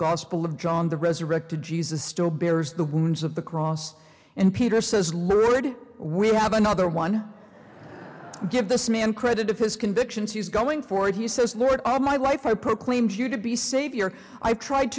gospel of john the resurrected jesus still bears the wounds of the cross and peter says lured we have another one give this man credit of his convictions he's going for it he says lord all my life i proclaimed you to be savior i've tried